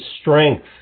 strength